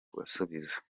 kubasubiza